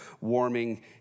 warming